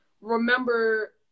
remember